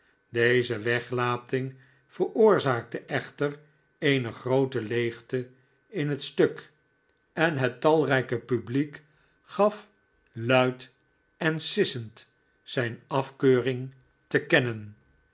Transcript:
deze weglating veroorzaakte echter eene groote leegte in het stuk en het talrijk publiek jozep grimaldi gaf luid en sissend zijne afkeuring te kennen